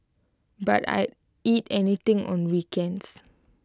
but I'd eat anything on weekends